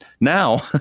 Now